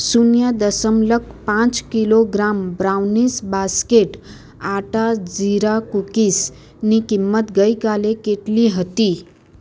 શૂન્ય દસમલક પાંચ કિલોગ્રામ બ્રાઉનીસ બાસ્કેટ આટા જીરા કૂકીઝની કિંમત ગઇકાલે કેટલી હતી